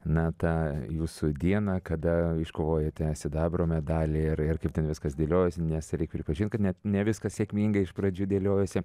na tą jūsų dieną kada iškovojote sidabro medalį ir ir kaip ten viskas dėliojosi nes reik pripažint kad ne ne viskas sėkmingai iš pradžių dėliojosi